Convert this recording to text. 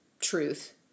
truth